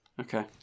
Okay